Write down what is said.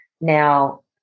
Now